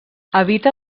habita